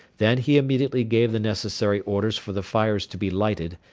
then he immediately gave the necessary orders for the fires to be lighted,